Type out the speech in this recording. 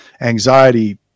anxiety